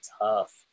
tough